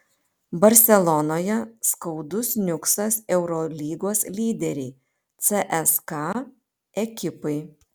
barselonoje skaudus niuksas eurolygos lyderei cska ekipai